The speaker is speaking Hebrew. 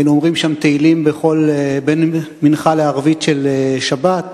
היינו אומרים שם תהילים בין מנחה לערבית של שבת,